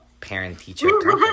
parent-teacher